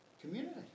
community